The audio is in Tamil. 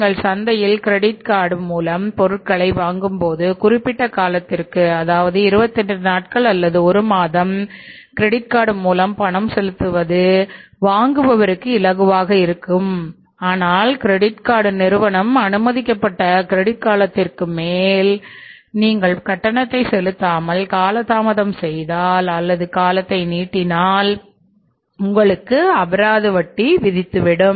நீங்கள் சந்தையில் கிரெடிட் கார்டு காலத்திற்கு அப்பால் நீங்கள் கட்டணத்தை கட்டாமல் காலத்தை நீட்டினால் உங்களுக்கு அபராத வட்டி விதிக்கப்படும்